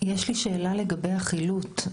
יש לי שאלה לגבי החילוט.